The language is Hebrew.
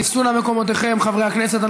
תפסו נא מקומותיכם, חברי הכנסת.